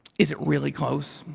is it really close?